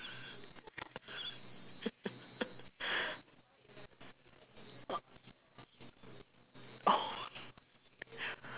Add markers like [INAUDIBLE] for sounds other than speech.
[LAUGHS]